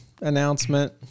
announcement